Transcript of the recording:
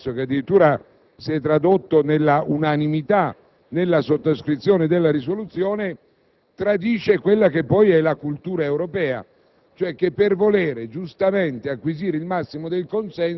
alla ricerca doverosa del maggiore consenso, che addirittura si è tradotto nell'unanimità alla sottoscrizione della risoluzione stessa, tradisce quello che poi è la cultura europea,